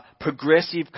progressive